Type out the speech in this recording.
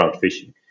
fishing